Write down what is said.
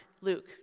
Luke